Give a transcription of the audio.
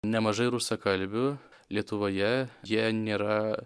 nemažai rusakalbių lietuvoje jie nėra